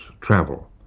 travel